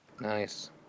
Nice